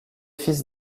fils